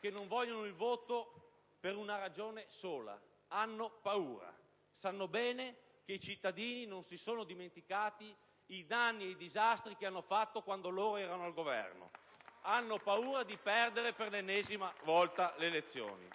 che non vogliono il voto per una ragione sola: hanno paura, sanno bene che i cittadini non si sono dimenticati i danni e i disastri che hanno fatto quando loro erano al Governo *(Applausi dal Gruppo LNP)*. Hanno paura di perdere, per l'ennesima volta, le elezioni.